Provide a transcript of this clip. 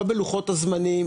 לא בלוחות הזמנים,